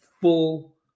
full